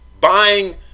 Buying